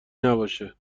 نباشه